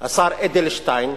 השר אדלשטיין,